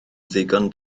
ddigon